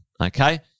Okay